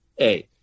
A-